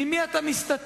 ממי אתה מסתתר?